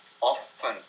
often